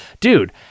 dude